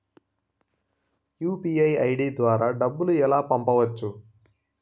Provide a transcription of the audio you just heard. UPI ID ద్వారా డబ్బులు ఎలా పంపవచ్చు?